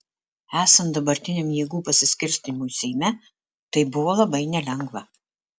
esant dabartiniam jėgų pasiskirstymui seime tai buvo labai nelengva